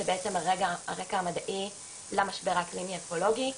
זה בעצם הרקע המדעי למשבר האקלימי אקולוגי.